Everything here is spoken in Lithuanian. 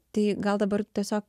tai gal dabar tiesiog